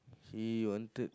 he wanted